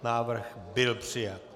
Návrh byl přijat.